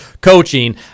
coaching